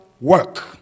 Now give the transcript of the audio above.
work